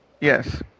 Yes